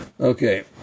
Okay